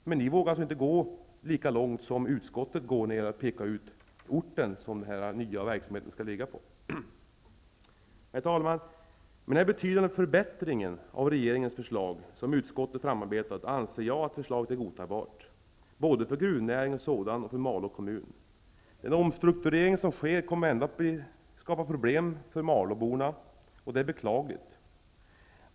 Men ni vågar inte gå lika långt som utskottet går när det gäller att peka ut orten som den nya verksamheten skall ligga på. Herr talman! Med den betydande förbättringen av regeringens förslag som utskottet arbetat fram, anser jag att förslaget är godtagbart, både för gruvnäringen som sådan och för Malå kommun. Den omstrukturering som sker kommer ändå att skapa problem för malåborna, och det är beklagligt.